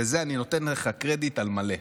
ובזה אני נותן לך קרדיט על מלא,